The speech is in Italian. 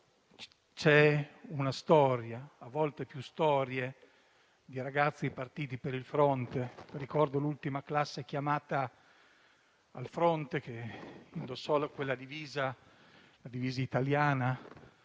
c'è una storia - a volte più storie - di ragazzi partiti per il fronte. Ricordo l'ultima classe chiamata al fronte che indossò quella divisa, la divisa italiana,